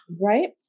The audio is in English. right